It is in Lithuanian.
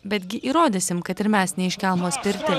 betgi įrodysim kad ir mes ne iš kelmo spirti